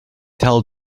tell